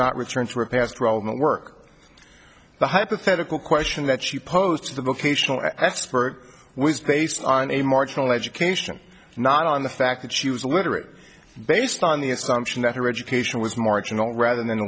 not return for a past relevant work the hypothetical question that she posed to the vocational expert was based on a marginal education and not on the fact that she was literate based on the assumption that her education was marginal rather than